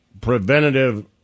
preventative –